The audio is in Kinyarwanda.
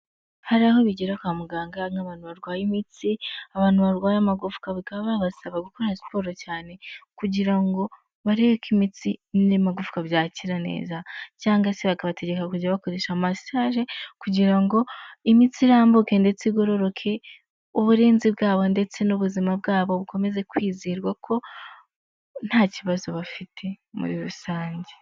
Hari aho bigera kwa muganga nk'abantu barwaye imitsi, abantu barwaye amagufwa, bakaba babasaba gukora siporo cyane kugira ngo barebe ko imitsi n'amagufwa byakira neza cyangwa se bakabategeka kujya bakoresha massage kugira ngo imitsi irambuke ndetse igororoke. Uburinzi bwabo ndetse n'ubuzima bwabo bukomeze kwizerwa ko nta kibazo bafite muri rusange.